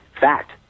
fact